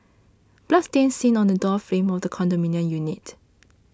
blood stain seen on the door frame of the condominium unit